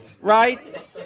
right